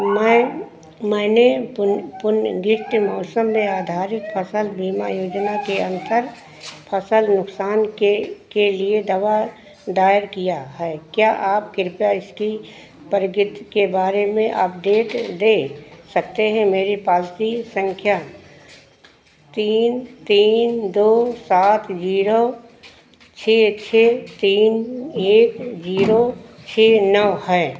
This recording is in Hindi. मैंने पुनर्गठित मौसम आधारित फसल बीमा योजना के अंतर फसल नुकसान के लिए दवा दायर किया है क्या आप कृपया इसकी प्रगति के बारे में अपडेट दे सकते हैं मेरी पॉलिसी संख्या तीन तीन दो सात जीरो छः छः तीन एक जीरो छः नौ है